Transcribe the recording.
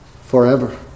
forever